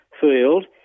Field